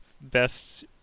best